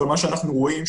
אבל מה שאנחנו רואים,